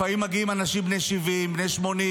לפעמים מגיעים אנשים בני 70, בני 80,